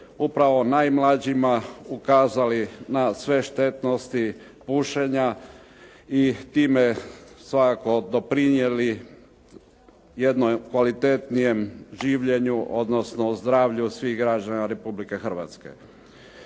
upravo najmlađima ukazali na sve štetnosti pušenja i time svakako doprinijeli jednom kvalitetnijom življenju, odnosno zdravlju svih građana Republike Hrvatske.